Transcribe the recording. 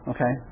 Okay